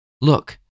Look